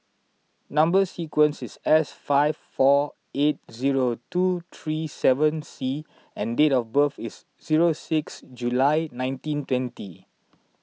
Number Sequence is S five four eight zero two three seven C and date of birth is zero six July nineteen twenty